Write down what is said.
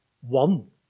One